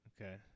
Okay